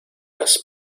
las